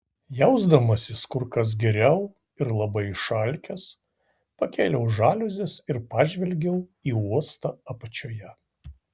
jausdamasis kur kas geriau ir labai išalkęs pakėliau žaliuzes ir pažvelgiau į uostą apačioje